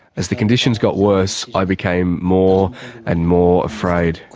as the conditions got worse, i became more and more afraid.